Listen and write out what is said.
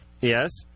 yes